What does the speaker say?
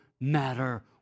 matter